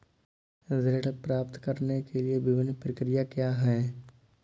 ऋण प्राप्त करने की विभिन्न प्रक्रिया क्या हैं?